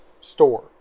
store